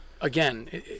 again